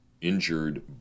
injured